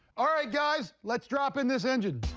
all right, guys, let's drop in this engine!